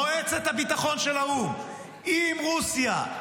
מועצת הביטחון של האו"ם עם רוסיה,